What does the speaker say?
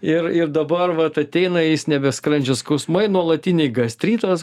ir ir dabar vat ateina jis nebe skrandžio skausmai nuolatiniai gastritas